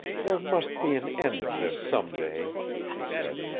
there must be an end of this some day, she said.